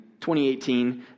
2018